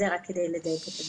אז זה רק כדי לדייק את הדברים.